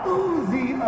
oozy